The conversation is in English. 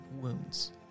wounds